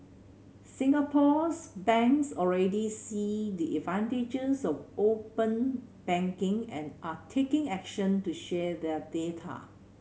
Singapore's banks already see the advantages of open banking and are taking action to share their data